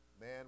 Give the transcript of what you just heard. man